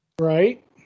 Right